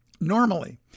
Normally